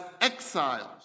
exiles